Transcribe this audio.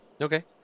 Okay